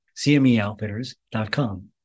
cmeoutfitters.com